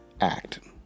act